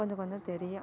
கொஞ்சம் கொஞ்சம் தெரியும்